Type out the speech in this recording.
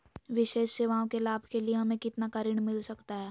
विशेष सेवाओं के लाभ के लिए हमें कितना का ऋण मिलता सकता है?